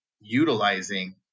utilizing